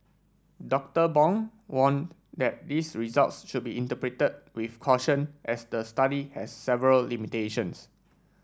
Doctor Bong warned that these results should be interpreted with caution as the study has several limitations